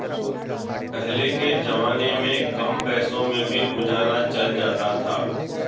पहले के जमाने में कम पैसों में भी गुजारा चल जाता था